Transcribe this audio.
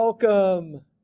Welcome